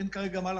אין כרגע מה לחזור,